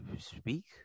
speak